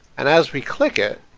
and as we click it,